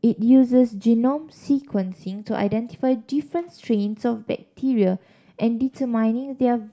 it uses genome sequencing to identify different strains of bacteria and determine their